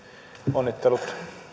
onnittelut